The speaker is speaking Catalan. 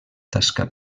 tasca